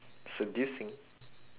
seducing